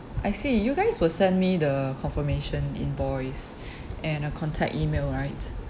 I see you guys will send me the confirmation invoice and a contact E-mail right